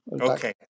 Okay